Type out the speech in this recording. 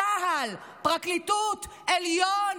צה"ל, פרקליטות, עליון.